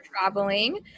traveling